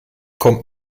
kommt